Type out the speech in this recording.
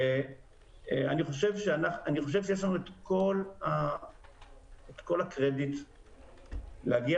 אני חושב שיש לנו את כל הקרדיט להגיע